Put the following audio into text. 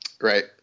Right